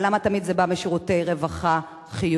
אבל למה תמיד זה בא משירותי רווחה חיוניים?